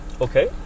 Okay